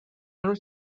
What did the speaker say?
this